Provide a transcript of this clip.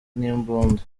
n’imbunda